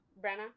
Brenna